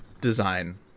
design